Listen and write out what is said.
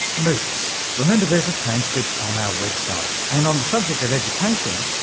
moocs. remember there's a transcript on our website. and on the subject of education,